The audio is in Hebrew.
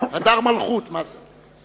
הדר מלכות, מה זה.